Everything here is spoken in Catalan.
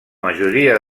majoria